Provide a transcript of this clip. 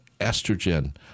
estrogen